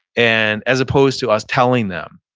and as opposed to us telling them,